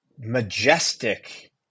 majestic